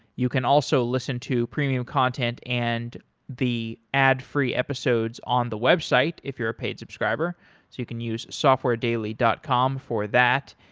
you can also listen to premium content and the ad free episodes on the website if you're a paid subscriber. so you can use softwaredaily dot com for that.